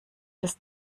des